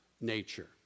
nature